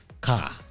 car